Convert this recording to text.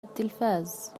التلفاز